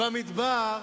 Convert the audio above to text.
במדבר,